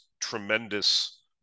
tremendous